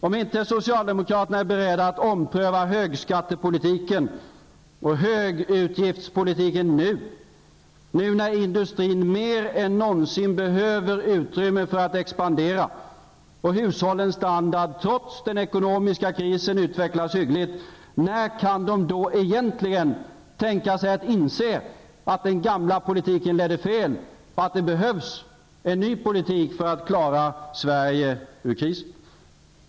Om inte socialdemokraterna är beredda att ompröva högskattepolitiken och högutgiftspolitiken nu, nu när industrin mer än någonsin behöver utrymme för att expandera, och hushållens standard trots den ekonomiska krisen utvecklas hyggligt, när kan de då egentligen inse att den gamla politiken ledde fel och att det behövs en ny politik för att klara Sverige ur krisen?